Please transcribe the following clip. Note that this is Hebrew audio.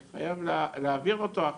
אני חייב להעביר אותו הכשרה.